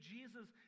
Jesus